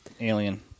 alien